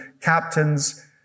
captains